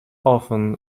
often